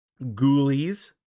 ghoulies